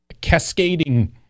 cascading